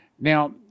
Now